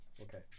Okay